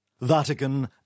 Vatican